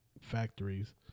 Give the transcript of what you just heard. factories